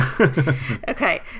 Okay